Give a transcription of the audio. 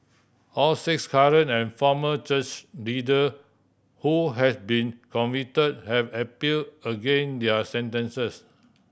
all six current and former church leader who has been convict have appeal again their sentences